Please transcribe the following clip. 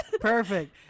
perfect